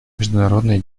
международные